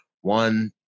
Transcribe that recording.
one